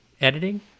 editing